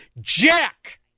jack